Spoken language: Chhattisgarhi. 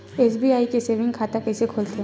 एस.बी.आई के सेविंग खाता कइसे खोलथे?